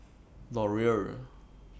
Laurier